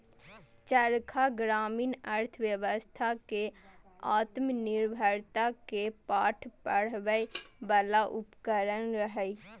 चरखा ग्रामीण अर्थव्यवस्था कें आत्मनिर्भरता के पाठ पढ़बै बला उपकरण रहै